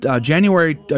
January